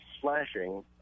flashing